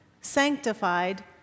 sanctified